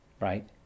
right